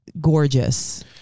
gorgeous